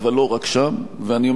ואני אומר לכם שאם זה לא ייפתר,